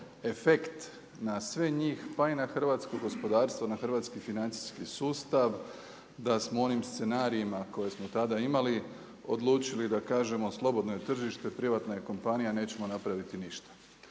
efekt na sve njih pa i na hrvatsko gospodarstvo, na hrvatski financijski sustav da smo u onim scenarijima koje smo tada imali odlučili da kažemo slobodno je tržište, privatna je kompanija, nećemo napraviti ništa.